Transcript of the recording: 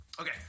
okay